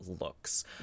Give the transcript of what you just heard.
looks